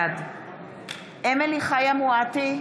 בעד אמילי חיה מואטי,